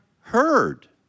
heard